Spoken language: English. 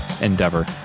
endeavor